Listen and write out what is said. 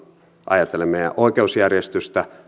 ajatellen meidän oikeusjärjestystämme